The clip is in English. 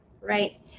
right